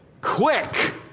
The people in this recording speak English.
quick